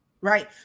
right